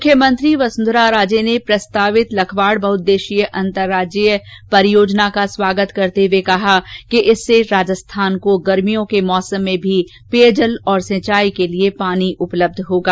मुख्यमंत्री वसुंधरा रार्ज ने प्रस्तावित लखवाड़ बहुदेश्यीय अंतरराज्यीय परियोजना का स्वागत करते हुए कहा कि इससे राजस्थान को गर्भियों के मौसम में भी पेयजल और सिंचाई के लिए पानी उपलब्ध होगा